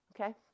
Okay